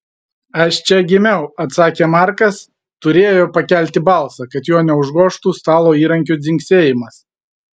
aš čia gimiau atsakė markas turėjo pakelti balsą kad jo neužgožtų stalo įrankių dzingsėjimas